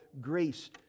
grace